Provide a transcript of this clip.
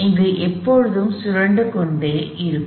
இது எப்போதும் சுழன்று கொண்டே இருக்கும்